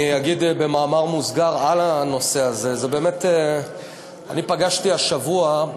אני אגיד במאמר מוסגר על הנושא הזה, פגשתי השבוע,